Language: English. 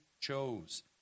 chose